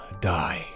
die